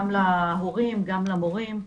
גם להורים גם למורים,